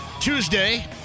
Tuesday